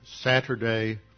Saturday